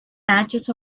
patches